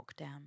lockdown